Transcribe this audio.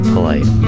polite